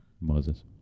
Moses